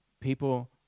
People